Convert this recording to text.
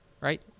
right